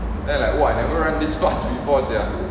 then like !wah! I never run this fast before sia